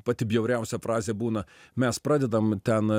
pati bjauriausia frazė būna mes pradedam ten